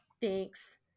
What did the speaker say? Thanks